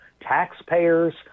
Taxpayers